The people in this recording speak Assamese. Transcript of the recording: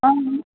অঁ